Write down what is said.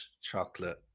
chocolate